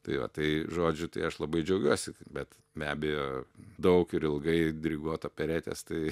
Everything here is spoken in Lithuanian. tai va tai žodžiu tai aš labai džiaugiuosi bet be abejo daug ir ilgai diriguot operetes tai